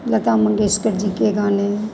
लता मंगेसकर जी के गाने